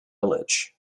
village